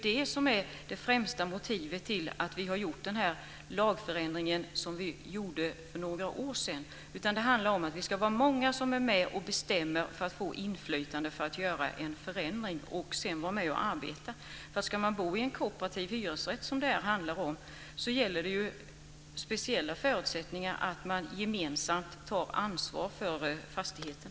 Det är det främsta motivet till den lagförändring som gjordes för några år sedan. Det handlar om att det ska vara många som är med och bestämmer för att få inflytande, göra en förändring och sedan vara med och arbeta. Ska man bo i en kooperativ hyresrätt, som det här handlar om, gäller det speciella förutsättningar. Man ska gemensamt ta ansvar för fastigheten.